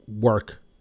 work